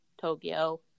Tokyo